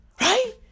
Right